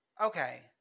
okay